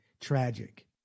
tragic